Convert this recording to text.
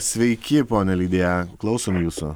sveiki ponia lidija klausom jūsų